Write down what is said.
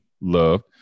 love